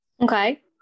Okay